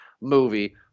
movie